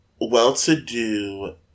well-to-do